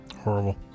Horrible